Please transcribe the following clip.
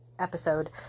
episode